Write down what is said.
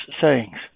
sayings